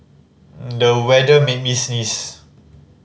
the weather made me sneeze